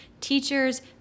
teachers